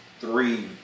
three